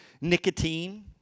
nicotine